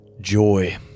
joy